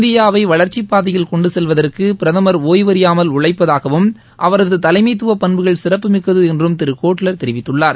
இந்தியாவை வளர்ச்சிப் பாதையில் கொண்டு செல்வதற்கு பிரதமர் ஒய்வறியாமல் உழைப்பதாகவும் அவரது தலைமைத்துவ பண்புகள் சிறப்புமிக்கது என்றும் திரு கோட்லர் தெரிவித்துள்ளார்